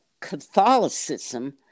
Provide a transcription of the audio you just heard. Catholicism